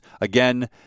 Again